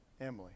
Emily